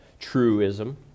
truism